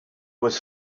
was